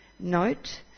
Note